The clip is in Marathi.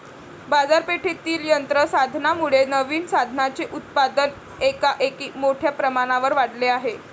बाजारपेठेतील यंत्र साधनांमुळे नवीन साधनांचे उत्पादन एकाएकी मोठ्या प्रमाणावर वाढले आहे